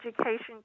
education